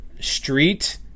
street